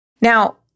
Now